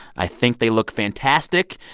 i think they look fantastic.